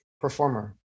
performer